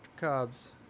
Cobbs